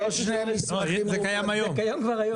זה קיים היום.